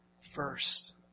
first